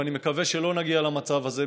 ואני מקווה שלא נגיע למצב הזה,